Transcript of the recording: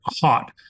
hot